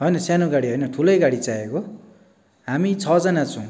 होइन सानो गाडी होइन ठुलै गाडी चाहिएको हामी छजना छौँ